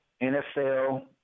NFL